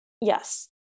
Yes